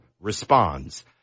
responds